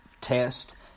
test